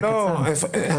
יש תוצאות לוואי,